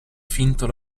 finto